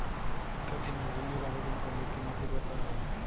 শিক্ষার জন্য ধনের আবেদন করলে কী নথি দরকার হয়?